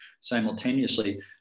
Simultaneously